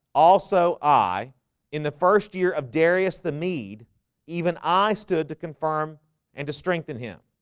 also i in the first year of darius the mede even i stood to confirm and to strengthen him,